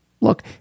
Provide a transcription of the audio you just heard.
Look